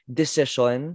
decision